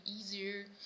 easier